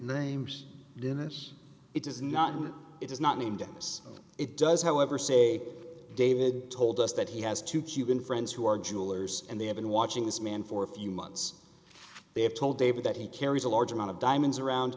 names dennis it is not it is not named us it does however say david told us that he has two cuban friends who are jewelers and they have been watching this man for a few months they have told david that he carries a large amount of diamonds around